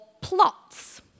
plots